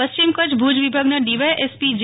પશ્ચિમ કચ્છ ભુજ વિભાગના ડીવાયએસપી જે